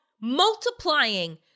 multiplying